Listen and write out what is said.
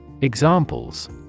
Examples